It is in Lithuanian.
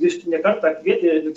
jis ne kartą kvietė